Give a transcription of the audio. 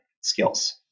skills